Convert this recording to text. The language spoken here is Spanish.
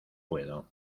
puedo